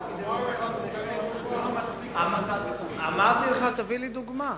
בעריסה, אמרתי לך, תביא לי דוגמה.